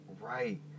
right